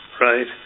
right